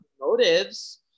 motives